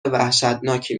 وحشتناکی